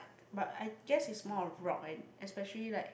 but I guess is more on rock and especially like